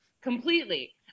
completely